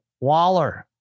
Waller